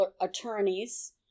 attorneys